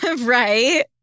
Right